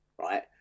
right